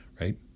Right